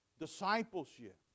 discipleship